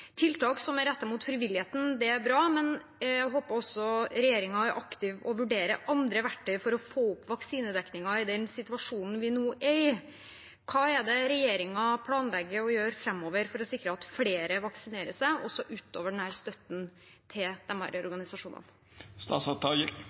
Tiltak som er rettet mot frivilligheten, er bra, men jeg håper også regjeringen er aktiv og vurderer andre verktøy for å få opp vaksinedekningen i den situasjonen vi nå er i. Hva er det regjeringen planlegger å gjøre framover for å sikre at flere vaksinerer seg, også utover støtten til